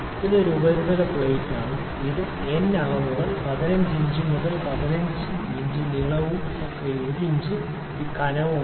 ഇത് ഒരു ഉപരിതല പ്ലേറ്റാണ് ഇത് n അളവുകൾ 15 ഇഞ്ച് മുതൽ 15 ഇഞ്ച് വരെ നീളവും വീതിയും കനം 1 ഇഞ്ചുമാണ്